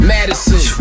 Madison